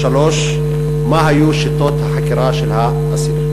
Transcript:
3. מה היו שיטות החקירה של האסיר?